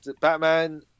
Batman